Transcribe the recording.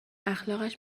اخلاقش